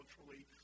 culturally